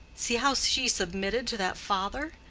see how she submitted to that father!